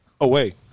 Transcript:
away